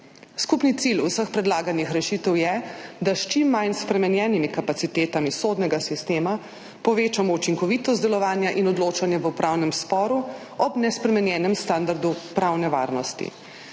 Skupni cilj vseh predlaganih rešitev je, da s čim manj spremenjenimi kapacitetami sodnega sistema povečamo učinkovitost delovanja in odločanja v upravnem sporu ob nespremenjenem standardu pravne varnosti.